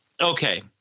okay